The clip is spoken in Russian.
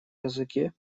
языке